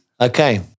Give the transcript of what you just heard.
Okay